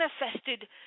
manifested